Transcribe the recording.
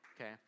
Okay